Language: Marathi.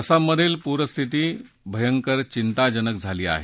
आसाममधील पूरस्थिती भयंकर यिंताजनक झाली आहे